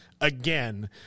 again